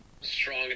Strong